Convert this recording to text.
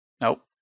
Nope